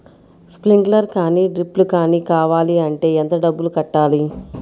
Sprinkler కానీ డ్రిప్లు కాని కావాలి అంటే ఎంత డబ్బులు కట్టాలి?